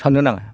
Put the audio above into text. सान्नो नङा